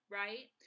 right